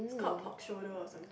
is called pork shoulder or something